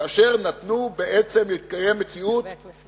כאשר נתנו בעצם לקיים מציאות, חבר הכנסת אורון.